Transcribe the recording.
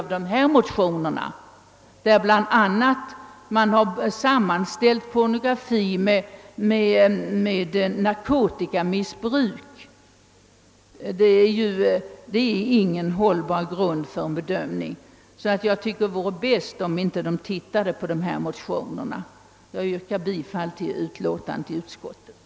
I dessa motioner har man sammanställt pornografi med narkotikaproblemet. Det är ingen hållbar grund för en bedömning. Jag tycker därför att det är bäst, om dessa motioner inte överlämnas till kommittén. Jag yrkar bifall till utskottets hemställan.